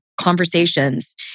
conversations